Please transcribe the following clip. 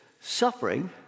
suffering